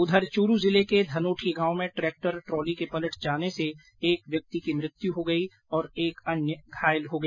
उधर चूरू जिले के धनोठि गांव में ट्रेक्टर ट्रॉली के पलट जाने से एक व्यक्ति की मृत्यु हो गई और एक अन्य घायल हो गया